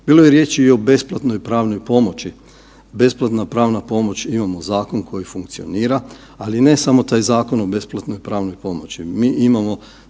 Bilo je riječi i o besplatnoj pravnoj pomoći. Besplatna pravna pomoć, imamo zakon koji funkcionira, ali ne samo taj Zakon o besplatnoj pravnoj pomoći.